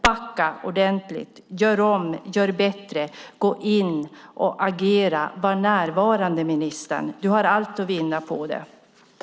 Backa ordentligt. Gör om och gör bättre. Agera och var närvarande, ministern. Du har allt att vinna på det.